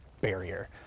barrier